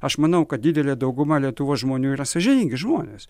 aš manau kad didelė dauguma lietuvos žmonių yra sąžiningi žmonės